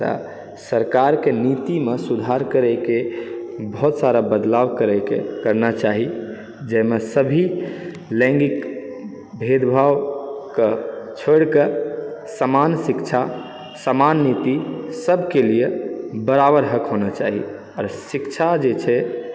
तऽ सरकारके नीतिमे सुधार करैके बहुत सारा बदलाव करैके करना चाही जाहिमे सभी लैङ्गिक भेदभावकेँ छोड़िकऽ समान शिक्षा समान नीति सबके लिए बराबर हक होना चाही आओर शिक्षा जे छै